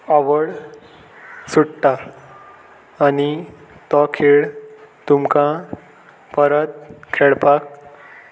आवड सुट्टा आनी तो खेळ तुमकां परत खेळपाक